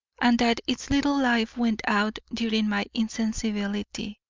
and that its little life went out during my insensibility.